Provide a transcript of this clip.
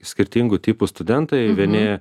skirtingų tipų studentai vieni